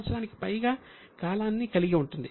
ఇది 1 సంవత్సరానికి పైగా కాలాన్ని కలిగి ఉంటుంది